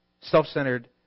self-centered